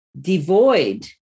devoid